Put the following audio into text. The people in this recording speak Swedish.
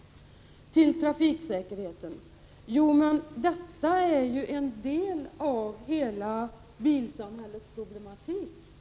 Frågan om trafiksäkerheten är en del av bilsamhällets hela problematik.